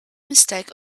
mistake